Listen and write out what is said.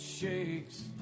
shakes